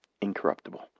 incorruptible